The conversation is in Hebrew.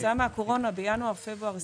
כתוצאה מן הקורונה בינואר-פברואר 2022,